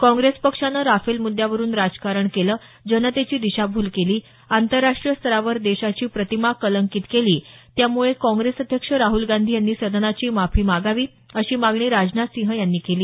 काँग्रेस पक्षानं राफेल मुद्यावरून राजकारण केलं जनतेची दिशाभूल केली आंतरराष्ट्रीय स्तरावर देशाची प्रतिमा कलंकित केली त्यामुळे काँग्रेस अध्यक्ष राहल गांधी यांनी सदनाची माफी मागावी अशी मागणी राजनाथसिंह यांनी केली